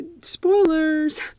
spoilers